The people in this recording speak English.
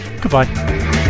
goodbye